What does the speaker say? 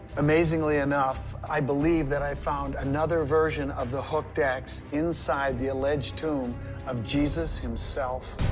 amazingly enough, i believe that i've found another version of the hooked x inside the alleged tomb of jesus himself.